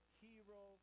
hero